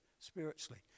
spiritually